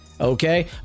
okay